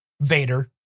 Vader